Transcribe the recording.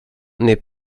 n’est